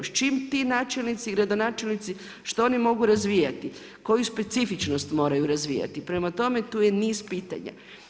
Čim ti načelnici i gradonačelnici, što oni mogu razvijati, koju specifičnost moraju razvijati, prema tome tu je niz pitanja.